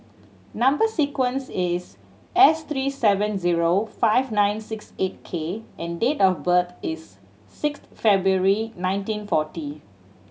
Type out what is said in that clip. number sequence is S three seven zero five nine six eight K and date of birth is six February nineteen forty